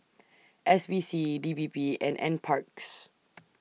S P C D P P and N Parks